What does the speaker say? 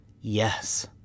Yes